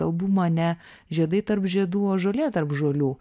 albumą ne žiedai tarp žiedų o žolė tarp žolių